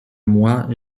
moi